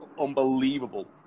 unbelievable